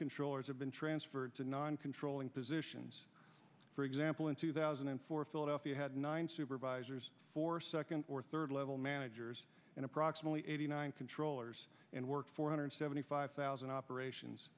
controllers have been transferred to non controlling positions for example in two thousand and four philadelphia had nine supervisors for second or third level managers and approximately eighty nine controllers and work four hundred seventy five thousand operations